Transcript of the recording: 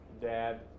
dad